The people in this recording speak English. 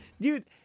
Dude